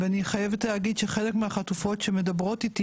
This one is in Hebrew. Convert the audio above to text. אני חייבת להגיד שחלק מהחטופות שחזרו,